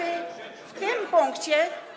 w tym punkcie.